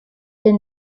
been